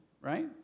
right